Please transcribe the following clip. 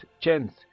chance